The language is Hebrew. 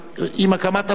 עם הקמת המדינה,